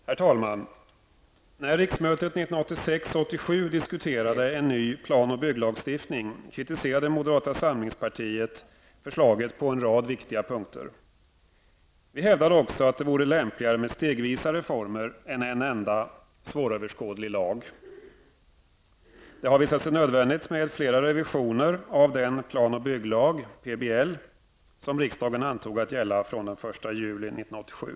Herr talman! När riksmötet 1986/87 diskuterade en ny plan och bygglagstiftning kritiserade moderata samlingspartiet förslaget på en rad viktiga punkter. Vi hävdade också att det vore lämpligare med stegvisa reformer än en enda svåröverskådlig lag. Det har visat sig nödvändigt med flera revisioner av den plan och bygglag, PBL, som riksdagen antog att gälla från den 1 juli 1987.